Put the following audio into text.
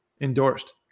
endorsed